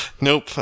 Nope